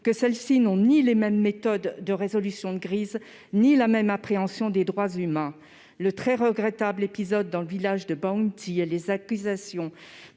que celles-ci n'ont ni les mêmes méthodes de résolution de crises ni la même appréhension des droits humains. Le très regrettable épisode dans le village de Bounti et les accusations